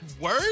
word